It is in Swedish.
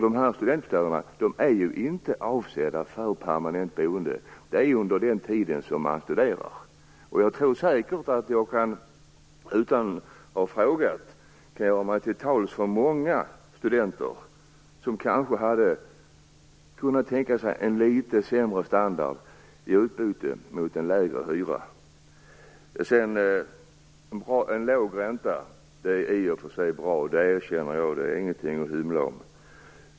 De här studentbostäderna är nämligen inte avsedda för permanent boende, utan för den tid som man studerar. Jag tror säkert att jag utan att ha frågat kan göra mig till tals för många studenter som kanske hade kunnat tänka sig en litet sämre standard i utbyte mot en lägre hyra. En låg ränta är i och för sig bra - det erkänner jag. Det är ingenting att hymla om.